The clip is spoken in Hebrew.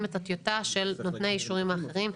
את הטיוטה של נותני האישורים האחרים.